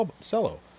cello